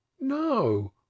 No